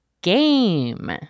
GAME